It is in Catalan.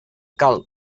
cal